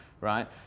Right